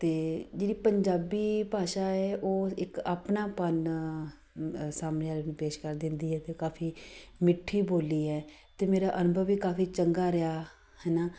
ਅਤੇ ਜਿਹੜੀ ਪੰਜਾਬੀ ਭਾਸ਼ਾ ਹੈ ਉਹ ਇੱਕ ਆਪਣਾਪਨ ਸਾਹਮਣੇ ਵਾਲੇ ਨੂੰ ਪੇਸ਼ ਕਰ ਦਿੰਦੀ ਹੈ ਅਤੇ ਕਾਫ਼ੀ ਮਿੱਠੀ ਬੋਲੀ ਹੈ ਅਤੇ ਮੇਰਾ ਅਨੁਭਵ ਵੀ ਕਾਫ਼ੀ ਚੰਗਾ ਰਿਹਾ ਹੈ ਨਾ